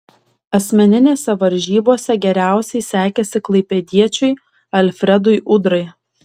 asmeninėse varžybose geriausiai sekėsi klaipėdiečiui alfredui udrai